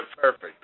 Perfect